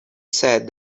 said